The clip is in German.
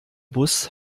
bus